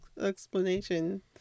explanation